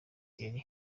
thierry